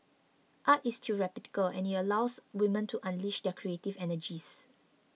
art is therapeutic and it allows women to unleash their creative energies